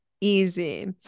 easy